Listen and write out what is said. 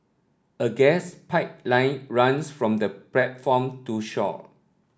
a gas pipeline runs from the platform to shore